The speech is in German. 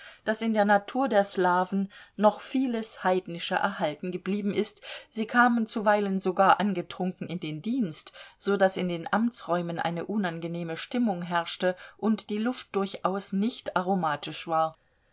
daß in der natur der slaven noch vieles heidnische erhalten geblieben ist sie kamen zuweilen sogar angetrunken in den dienst so daß in den amtsräumen eine unangenehme stimmung herrschte und die luft durchaus nicht aromatisch war